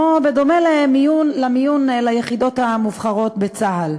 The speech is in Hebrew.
בדומה למיון ליחידות המובחרות בצה"ל.